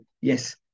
Yes